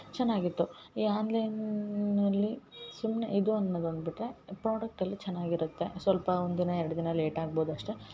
ಚೆನ್ನಾಗಿತ್ತು ಈ ಆನ್ಲೈನ್ನಲ್ಲಿ ಸುಮ್ನೆ ಇದು ಅನ್ನೋದು ಒಂದು ಬಿಟ್ಟರೆ ಪ್ರಾಡಕ್ಟ್ ಎಲ್ಲ ಚೆನ್ನಾಗಿರತ್ತೆ ಸ್ವಲ್ಪ ಒಂದು ದಿನ ಎರಡು ದಿನ ಲೇಟ್ ಆಗ್ಬೌದು ಅಷ್ಟೇ